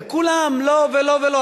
כולם: לא, לא ולא.